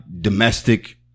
domestic